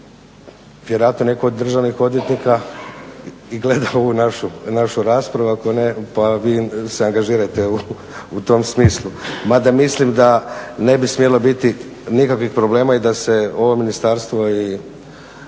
Vjerojatno netko od državnih odvjetnika i gleda ovu našu raspravu, ako ne pa vi se angažirajte u tom smislu. Mada mislim da ne bi smjelo biti nikakvih problema i da se ovo ministarstvo i